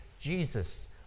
Jesus